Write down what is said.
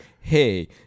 hey